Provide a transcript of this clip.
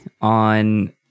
on